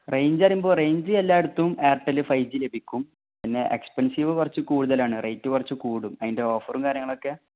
range പറയുമ്പോൾ range എല്ലായിടത്തും Airtel five G ലഭിക്കും പിന്നെ എക്സ്പെൻസീവ് കുറച്ച് കൂടുതലാണ് റേറ്റ് കുറച്ച് കൂടും അതിൻ്റെ ഓഫറും കാര്യങ്ങളൊക്കെ